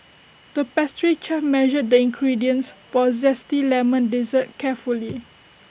the pastry chef measured the ingredients for A Zesty Lemon Dessert carefully